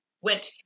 went